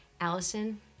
Allison